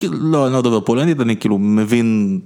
לא, אני לא מדבר פולנית, אני כאילו, מבין